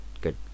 good